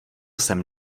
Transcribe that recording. jsem